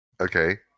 Okay